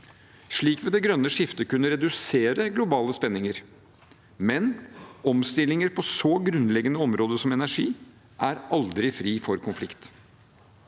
Slik vil det grønne skiftet kunne redusere globale spenninger. Samtidig er omstillinger på så grunnleggende områder som energi aldri frie for konflikt.